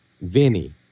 Vinny